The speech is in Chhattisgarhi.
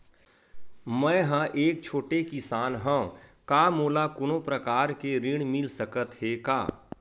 मै ह एक छोटे किसान हंव का मोला कोनो प्रकार के ऋण मिल सकत हे का?